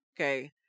okay